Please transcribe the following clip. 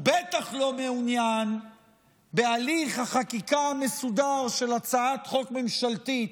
הוא בטח לא מעוניין בהליך החקיקה המסודר של הצעת חוק ממשלתית,